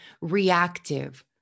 reactive